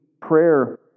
prayer